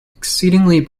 exceedingly